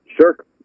Sure